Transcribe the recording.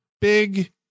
big